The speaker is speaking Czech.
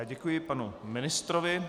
Děkuji panu ministrovi.